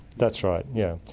that's right, yeah